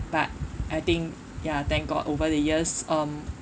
but I think ya thank god over the years um